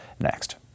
next